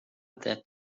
that